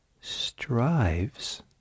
strives